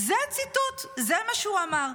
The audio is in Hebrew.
זה ציטוט, זה מה שהוא אמר.